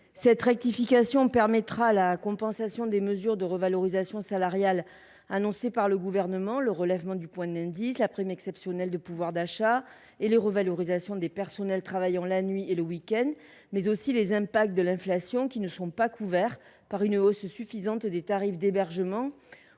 Cette rectification permettra la compensation des mesures de revalorisation salariale annoncées par le Gouvernement – relèvement du point d’indice, prime exceptionnelle de pouvoir d’achat et revalorisations pour les personnels travaillant la nuit et le week end –, mais aussi les impacts de l’inflation, qui ne sont pas couverts par une hausse suffisante des tarifs d’hébergement